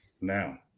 Now